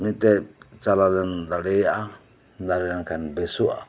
ᱢᱤᱫᱴᱮᱱ ᱪᱟᱞᱟᱣ ᱞᱮᱱ ᱫᱟᱲᱮᱭᱟᱜᱼᱟ ᱫᱟᱲᱮ ᱞᱮᱱ ᱠᱷᱟᱱ ᱵᱮᱥᱚᱜᱼᱟ